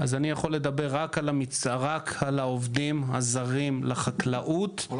אז אני יכול לדבר רק על העובדים הזרים לחקלאות מ --- התאילנדים,